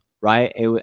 right